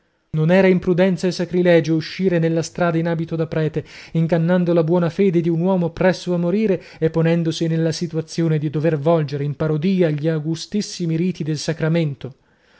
non era imprudenza e sacrilegio uscire nella strada in abito da prete ingannando la buona fede di un uomo presso a morire e ponendosi nella situazione di dover volgere in parodia gli augustissimi riti del sacramento